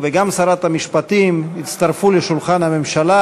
וגם שרת המשפטים יצטרפו לשולחן הממשלה,